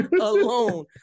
alone